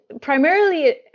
primarily